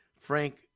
Frank